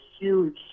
huge